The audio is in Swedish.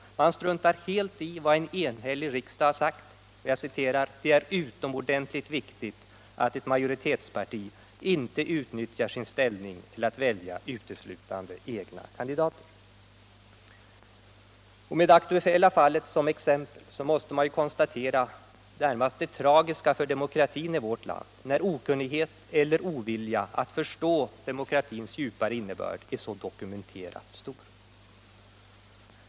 Man struntar helt i vad en enhällig riksdag har sagt, nämligen att det är utomordentligt viktigt att ett majoritetsparti inte utnyttjar sin ställning till att välja uteslutande egna kandidater. Med det aktuella valet som exempel måste man konstatera det närmast tragiska för demokratin i vårt land att okunnighet eller ovilja att förstå demokratins djupa innebörd är så dokumenterat stor.